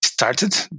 Started